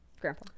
grandpa